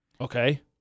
Okay